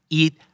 eat